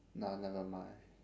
nah never mind